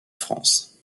france